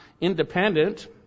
independent